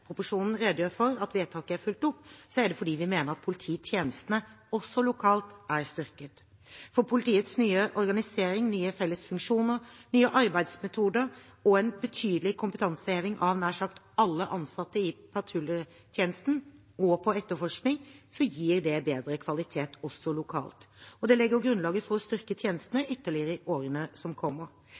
redegjør for at vedtaket er fulgt opp, er det fordi vi mener at polititjenestene, også lokalt, er styrket. For politiets nye organisering, nye felles funksjoner, nye arbeidsmetoder og en betydelig kompetanseheving av nær sagt alle ansatte i patruljetjenesten og på etterforskning gir bedre kvalitet, også lokalt. Det legger også grunnlaget for å styrke tjenestene ytterligere i årene som kommer.